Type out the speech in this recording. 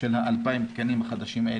של ה-2,000 התקנים החדשים.